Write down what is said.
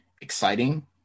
exciting